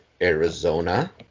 Arizona